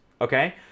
okay